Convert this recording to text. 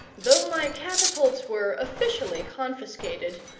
though my catapults were officially confiscated,